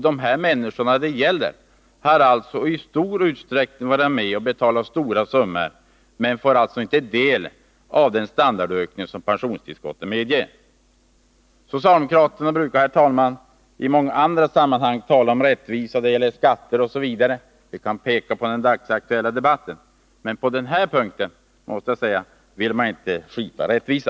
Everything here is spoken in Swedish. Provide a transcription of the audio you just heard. De människor det gäller har alltså varit med om att betala stora summor, men de får inte del av den standardökning som pensionstillskotten medger. Herr talman! Socialdemokraterna brukar i många andra sammanhang, då det gäller skatter osv., tala om rättvisa — man behöver bara hänvisa till den dagsaktuella debatten — men jag måste konstatera att man på den här punkten inte vill skipa rättvisa.